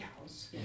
house